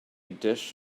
dish